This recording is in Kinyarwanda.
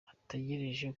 ategereje